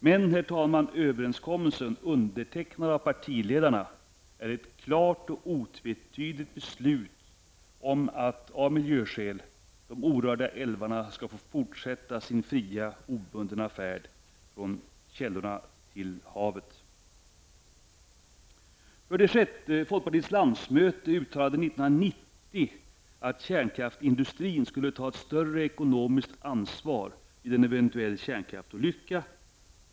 Men, herr talman, överenskommelsen, undertecknad av partiledarna, är ett klart och otvetydigt beslut om att av miljöskäl de orörda älvarna skall få fortsätta sin fria, obundna färd från källorna till havet. att kärnkraftsindustrin skulle ta ett större ekonomiskt ansvar vid en eventuell kärnkraftsolycka.